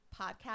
podcast